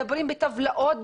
מדברים בטבלאות,